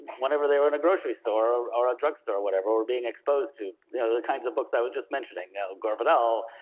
whenever they were in a grocery store, or a drug store or whatever, were being exposed to the kinds of books i was just mentioning, gore vidal,